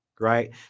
right